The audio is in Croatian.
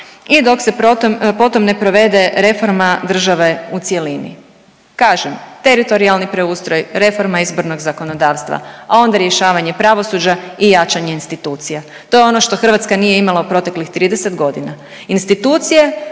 i dok se potom ne provede reforma države u cjelini. Kažem teritorijalni preustroj, reforma izbornog zakonodavstva, a onda rješavanje pravosuđa i jačanje institucija. To je ono što Hrvatska nije imala u proteklih 30 godina.